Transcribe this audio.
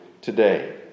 today